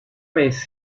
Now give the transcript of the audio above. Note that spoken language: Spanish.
vez